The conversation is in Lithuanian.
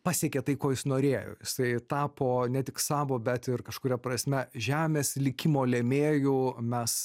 pasiekė tai ko jis norėjo jisai tapo ne tik savo bet ir kažkuria prasme žemės likimo lėmėju mes